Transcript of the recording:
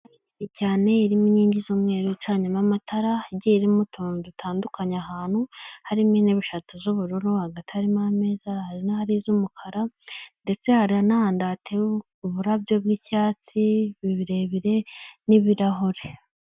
Cyane irimo inkingi z'umweru icanyemo amatara igiye irimo utuntu dutandukanye ukuntu, ahantu harimo intebe eshatu z'ubururu hagati harimo ameza, hari n'ahari iz'umukara, ndetse hari n'ahanda hatera uburabyo bw'icyatsi birebire n'ibirahure.